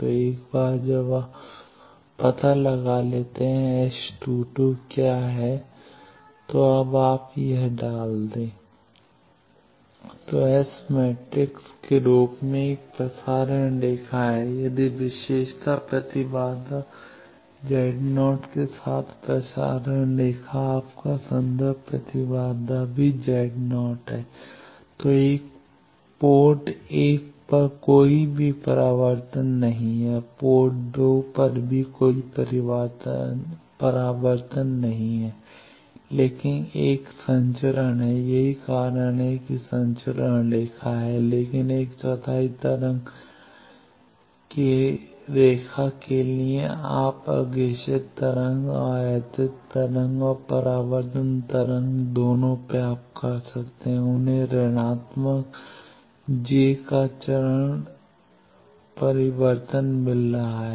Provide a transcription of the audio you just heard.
तो एक बार जब आप पता लगा लेते हैं S22 क्या है तो अब आप डाल दें तो एस मैट्रिक्स के रूप में एक प्रसारण रेखा है कि यदि विशेषता प्रतिबाधा Z 0 के साथ प्रसारण रेखा आपका संदर्भ प्रतिबाधा भी Z 0 है तो पोर्ट 1 पर भी कोई परावर्तन नहीं है पोर्ट 2 पर भी कोई परावर्तन नहीं है लेकिन एक संचरण है यही कारण है कि संचरण रेखा है लेकिन एक चौथाई तरंग रेखा के लिए आप अग्रेषित तरंग और आयातित तरंग और परावर्तन तरंग दोनों प्राप्त कर रहे हैं उन्हें ऋणात्मक जे का चरण परिवर्तन मिल रहा है